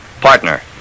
Partner